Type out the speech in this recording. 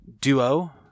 duo